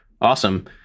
awesome